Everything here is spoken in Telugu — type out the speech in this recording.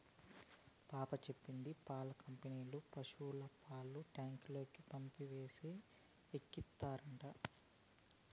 పాప చెప్పింది పాల కంపెనీల పశుల పాలు ట్యాంకుల్లోకి పైపేసి ఎక్కిత్తారట